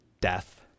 death